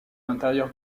l’intérieur